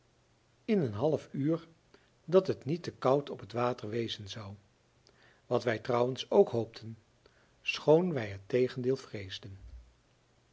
in een half uur dat het niet te koud op het water wezen zou wat wij trouwens ook hoopten schoon wij het tegendeel vreesden